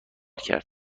کرد